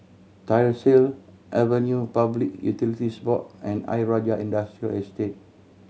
Tyersall Avenue Public Utilities Board and Ayer Rajah Industrial Estate